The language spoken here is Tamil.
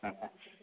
ஆ